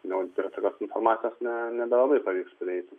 jau prie tokios informacijos ne nebelabai pavyks prieiti